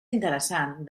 interessant